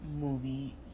movie